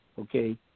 okay